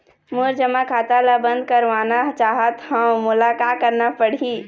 मोर जमा खाता ला बंद करवाना चाहत हव मोला का करना पड़ही?